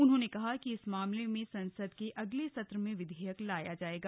उन्होंने कहा कि इस मामले में संसद के अगले सत्र में विधेयक लाया जाएगा